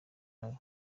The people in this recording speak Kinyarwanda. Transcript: wayo